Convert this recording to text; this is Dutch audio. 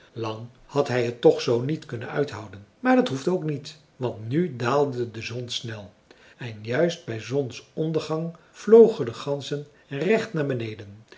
lang had hij het toch zoo niet kunnen uithouden maar dat hoefde ook niet want nu daalde de zon snel en juist bij zonsondergang vlogen de ganzen recht naar beneden